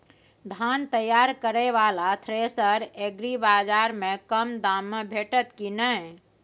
धान तैयार करय वाला थ्रेसर एग्रीबाजार में कम दाम में भेटत की नय?